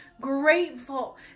grateful